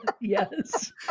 Yes